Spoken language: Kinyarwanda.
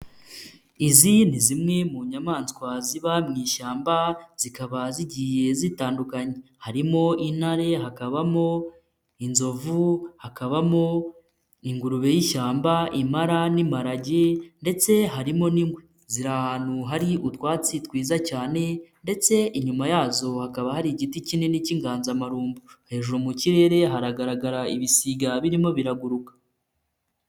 Izi ni zimwe mu nyamaswa ziba mu ishyamba zikaba zigiye zitandukanye, harimo intare, hakabamo inzovu, hakabamo ingurube y'ishyamba, impara n'imparage ndetse harimo n'ingwe, ziri ahantu hari utwatsi twiza cyane ndetse inyuma yazo hakaba hari igiti kinini cy'inganzamarumbu, hejuru mu kirere haragaragara ibisiga birimo biraguruka.